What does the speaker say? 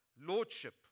lordship